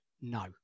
No